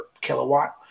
kilowatt